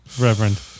Reverend